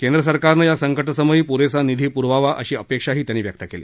केंद्र सरकारनं या संकटसमयी पुरेसा निधी पुरवावा अशी अपेक्षाही त्यांनी व्यक्त केली